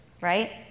Right